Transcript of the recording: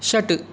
षट्